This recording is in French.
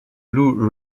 lou